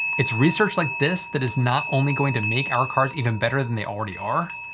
it's research like this that is not only going to make our cars even better than they already are,